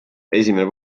esimene